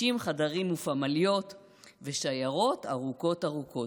60 חדרים ופמליות ושיירות ארוכות ארוכות.